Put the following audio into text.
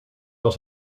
was